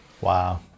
wow